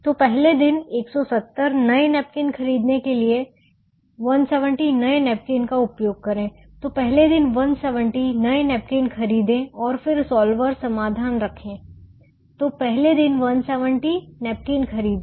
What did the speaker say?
तो पहले दिन 170 नए नैपकिन खरीदने के लिए 170 नए नैपकिन का उपयोग करें तो पहले दिन 170 नए नैपकिन खरीदें और फिर सॉल्वर समाधान रखें तो पहले दिन 170 नैपकिन खरीदें